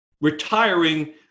retiring